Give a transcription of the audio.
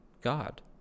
God